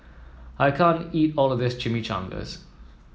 I can't eat all of this Chimichangas